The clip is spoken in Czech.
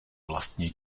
vlastně